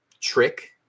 trick